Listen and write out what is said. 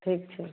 ठीक छै